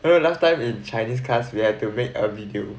no last time in chinese class we have to make a video